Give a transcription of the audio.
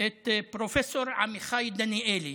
את פרופ' עמיחי דניאלי.